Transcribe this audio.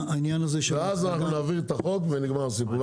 ואז אנחנו נעביר את החוק ונגמר הסיפור.